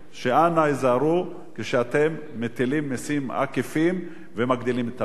אנא היזהרו כשאתם מטילים מסים עקיפים ומגדילים את המע"מ.